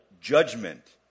judgment